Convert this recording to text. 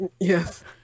Yes